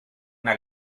una